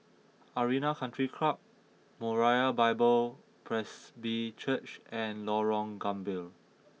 Arena Country Club Moriah Bible Presby Church and Lorong Gambir